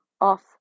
off